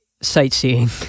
sightseeing